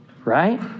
Right